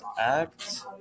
act